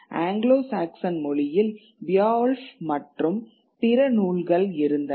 Anglo Saxon மொழியில் Beowulf மற்றும் பிற நூல்கள் இருந்தன